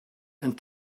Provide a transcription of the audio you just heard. and